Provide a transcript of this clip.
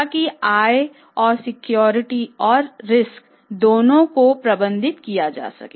ताकि आय और रिस्क दोनों को प्रबंधित किया जा सके